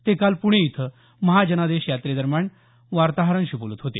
ते काल पुणे इथं महाजनादेश यात्रेदरम्यान वार्ताहरांशी बोलत होते